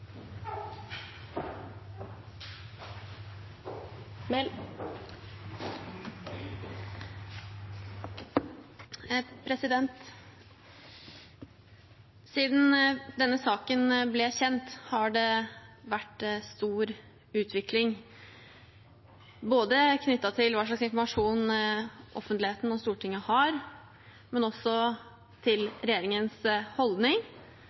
Siden denne saken ble kjent, har det vært en stor utvikling knyttet til ikke bare hva slags informasjon offentligheten og Stortinget har, men også regjeringens holdning